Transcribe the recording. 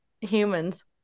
humans